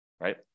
right